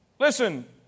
Listen